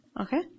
Okay